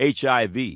HIV